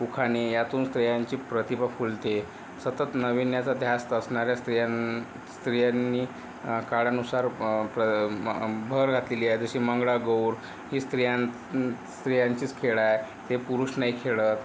उखाणे यातून स्त्रियांची प्रतिभा फुलते सतत नविन्याचा ध्यास असणाऱ्या स्त्रियां स्त्रियांनी काळानुसार प्र भर घातलेली आहे जशी मंगळागौर ही स्त्रिया स्त्रियांचेच खेळ आहे ते पुरुष नाही खेळत